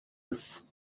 oath